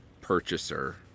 purchaser